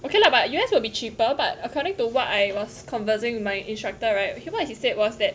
okay lah but U_S will be cheaper but according to what I was conversing with my instructor right here what he said was that